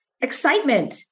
excitement